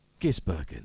Gisbergen